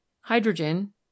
Hydrogen